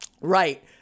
Right